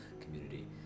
community